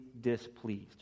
displeased